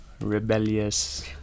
rebellious